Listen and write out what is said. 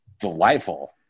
delightful